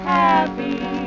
happy